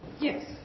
Yes